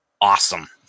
Awesome